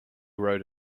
wrote